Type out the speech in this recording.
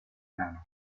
enano